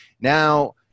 Now